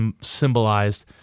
symbolized